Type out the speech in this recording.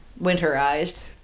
winterized